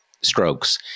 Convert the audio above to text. strokes